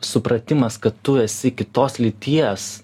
supratimas kad tu esi kitos lyties